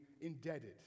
indebted